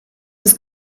his